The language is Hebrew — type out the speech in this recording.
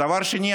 דבר שני,